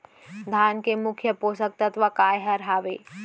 धान के मुख्य पोसक तत्व काय हर हावे?